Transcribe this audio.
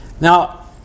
now